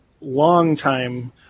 longtime